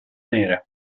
nere